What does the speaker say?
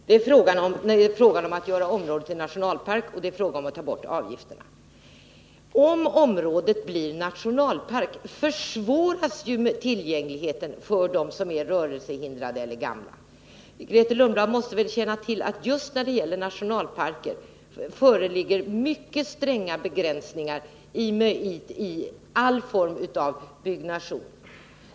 Herr talman! Det är här fråga om två olika krav: dels att området görs till nationalpark, dels att avgifterna avskaffas. Om området blir nationalpark, försvåras ju tillgängligheten för dem som är rörelsehindrade eller gamla. Grethe Lundblad måste väl känna till att det för nationalparker föreligger mycket stränga begränsningar i vad gäller alla former av byggnation.